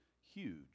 huge